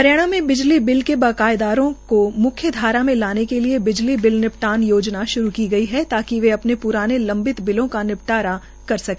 हरियाणा में बिजली बिल के बकायादारों को म्ख्यधारा में लाने के लिए बिजली बिल निपटान योजना श्रू की गई है ताकि वे अपने प्राने लंबित बिलों का निपटारा करवा सके